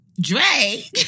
Drake